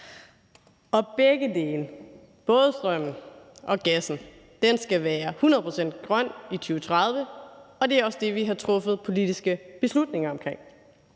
Og begge dele, både strømmen og gassen, skal være 100 pct. grøn i 2030, og det er også det, vi har truffet politiske beslutninger omkring.